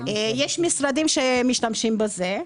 יש משרדים שמשתמשים בזה.